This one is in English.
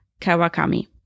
Kawakami